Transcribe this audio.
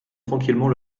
tranquillement